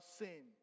sin